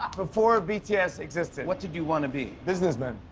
before bts existed, what did you want to be? businessman.